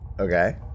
Okay